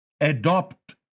adopt